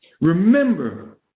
Remember